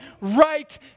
right